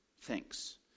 Thanks